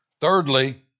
Thirdly